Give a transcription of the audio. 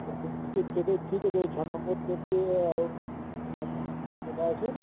ও তো টিকিট কেটে ঠিক আছে ওই চার নম্বর গেট দিয়ে আপনি চলে আসুন